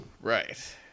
Right